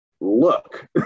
look